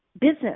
business